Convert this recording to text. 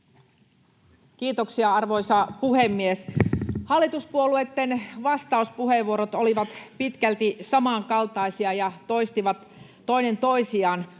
Kiitoksia, arvoisa puhemies! Hallituspuolueitten vastauspuheenvuorot olivat pitkälti samankaltaisia ja toistivat toinen toisiaan.